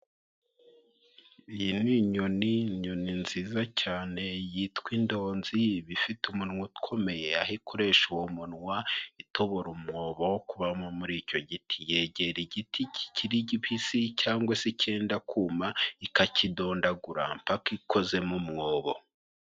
Iyi ni inyoni, inyoni nziza cyane yitwa indonzi iba ifite umunwa ukomeye aho ikoresha uwo munwa itobora umwobo wo kubamo muri icyo giti. Yegera igiti kikiri kibisi cyangwa se icyenda kuma ikakidondagura mpaka ikozemo umwobo.